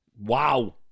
Wow